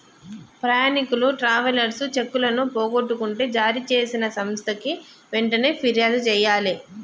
ప్రయాణీకులు ట్రావెలర్స్ చెక్కులను పోగొట్టుకుంటే జారీచేసిన సంస్థకి వెంటనే పిర్యాదు జెయ్యాలే